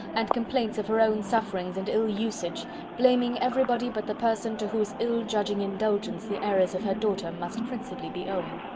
and complaints of her own sufferings and ill-usage blaming everybody but the person to whose ill-judging indulgence the errors of her daughter must principally be owing.